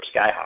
Skyhawk